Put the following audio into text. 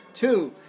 Two